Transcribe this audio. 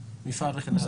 כמפעל וכן הלאה.